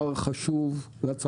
היא קיימת כל יום, כל היום.